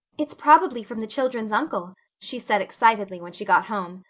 it's probably from the children's uncle, she said excitedly, when she got home.